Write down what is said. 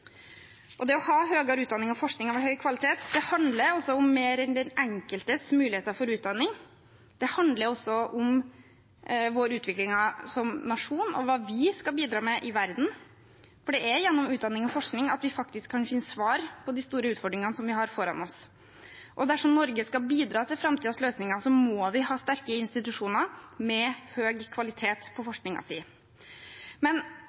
Det å ha høyere utdanning og forskning av høy kvalitet handler om mer enn den enkeltes muligheter for utdanning. Det handler også om vår utvikling som nasjon og hva vi skal bidra med i verden, for det er gjennom utdanning og forskning vi kan finne svar på de store utfordringene vi har foran oss. Dersom Norge skal bidra til framtidens løsninger, må vi ha sterke institusjoner med høy kvalitet på forskningen sin. Men